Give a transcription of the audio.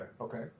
Okay